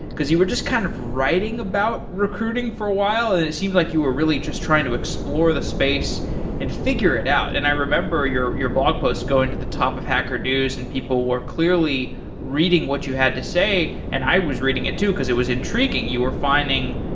because you were just kind of writing about recruiting for a while. it it seems like you were really just trying to explore the space and figure it out. and i remember your your blog post going to the top of hacker news and people were clearly reading what you had to say and i was reading it too, because it was intriguing. you were finding